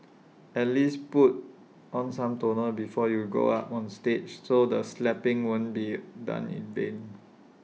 at least put on some toner before you go up on stage so the slapping wouldn't be done in vain